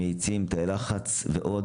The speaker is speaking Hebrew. תאי לחץ ועוד.